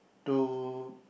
to